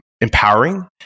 empowering